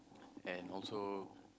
and also